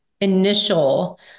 initial